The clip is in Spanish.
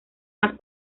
más